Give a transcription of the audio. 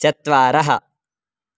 चत्वारः